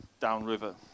downriver